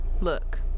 Look